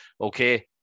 okay